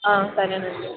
సరేనండి